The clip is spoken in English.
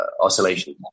oscillation